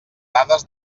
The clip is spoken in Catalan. dades